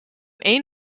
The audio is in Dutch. een